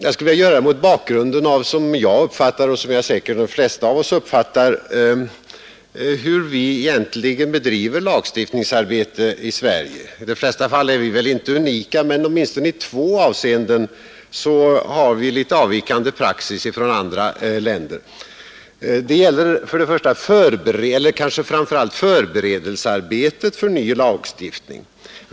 Jag skulle vilja göra det mot bakgrunden av hur jag uppfattar och jag är säker på hur de flesta av oss uppfattar att vi bedriver lagstiftningsarbetet i Sverige. I de flesta fall är vi väl inte unika, men åtminstone i två avseenden har vi en praxis som något avviker från andra länders. Det gäller framför allt förberedelsearbetet för en ny lagstiftning.